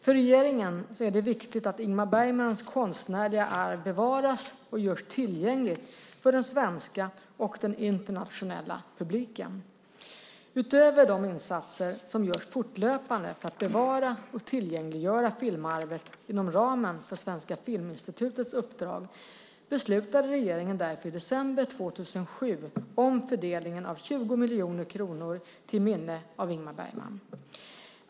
För regeringen är det viktigt att Ingmar Bergmans konstnärliga arv bevaras och görs tillgängligt för den svenska och den internationella publiken. Utöver de insatser som görs fortlöpande för att bevara och tillgängliggöra filmarvet inom ramen för Svenska Filminstitutets uppdrag beslutade regeringen därför i december 2007 om fördelningen av 20 miljoner kronor till minne av Ingmar Bergman.